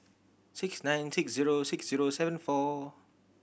six nine six zero six zero seven four